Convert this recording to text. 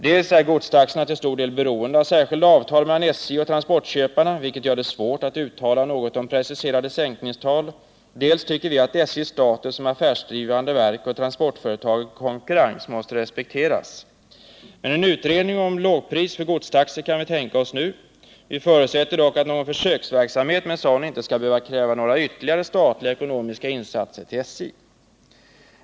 Dels är godstaxorna till stor del beroende av särskilda avtal mellan SJ och transportköpare, vilket gör det svårt att uttala något om preciserade sänkningstal, dels tycker vi att SJ:s status som affärsdrivande verk och transportföretag i konkurrens måste respekteras. Men en utredning om lågpris i fråga om godstaxor kan vi tänka oss nu. Vi förutsätter dock att någon försöksverksamhet med sådan inte skall behöva kräva några ytterligare statliga ekonomiska insatser för SJ.